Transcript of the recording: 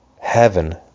heaven